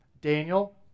Daniel